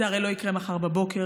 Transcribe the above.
זה הרי לא יקרה מחר בבוקר,